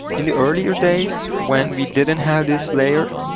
in the earlier days, when we didn't have this layer,